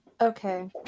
Okay